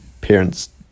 parents